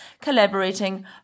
collaborating